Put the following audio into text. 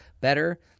better